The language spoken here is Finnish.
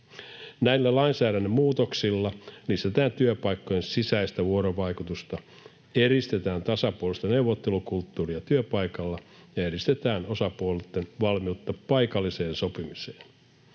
Näillä lainsäädännön muutoksilla lisätään työpaikkojen sisäistä vuorovaikutusta, edistetään tasapuolista neuvottelukulttuuria työpaikalla ja edistetään osapuolten valmiutta paikalliseen sopimiseen.